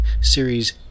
Series